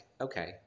okay